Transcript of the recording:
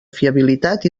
fiabilitat